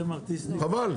חבל.